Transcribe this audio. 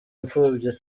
imfubyi